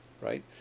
right